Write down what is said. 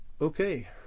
Okay